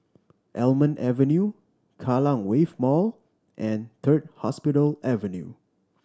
Almond Avenue Kallang Wave Mall and Third Hospital Avenue